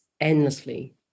endlessly